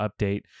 update